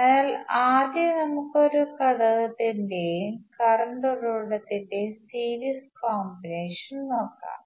അതിനാൽ ആദ്യം നമുക്ക് ഒരു ഘടകത്തിന്റെയും കറണ്ട് ഉറവിടത്തിന്റെയും സീരീസ് കോമ്പിനേഷൻ നോക്കാം